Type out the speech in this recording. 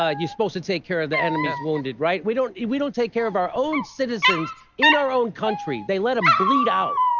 ah you're supposed to take care of the enemy's wounds. we don't we don't take care of our own citizens in our own country. they let them bleed out.